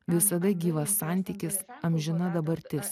visada gyvas santykis amžina dabartis